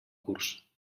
curs